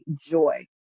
joy